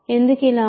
ఎందుకు ఇలా ఉంది